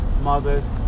mothers